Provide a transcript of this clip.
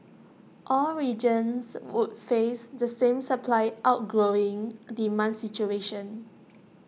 all regions would face the same supply outgrowing demand situation